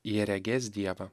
jie regės dievą